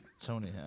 Tony